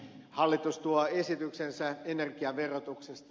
hallitus tuo esityksensä energiaverotuksesta